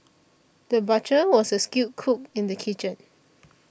the butcher was also a skilled cook in the kitchen